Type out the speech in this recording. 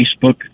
Facebook